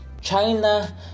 China